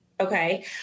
okay